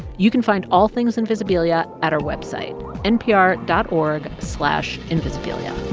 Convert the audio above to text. you can find all things invisibilia at our website npr dot org slash invisibilia.